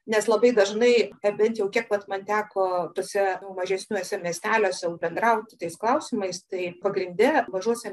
nes labai dažnai na bent jau kiek vat man teko tuose mažesniuose miesteliuose bendrauti tais klausimais tai pagrinde mažuose